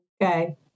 Okay